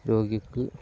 രോഗിക്ക്